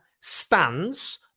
stands